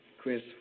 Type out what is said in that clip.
Chris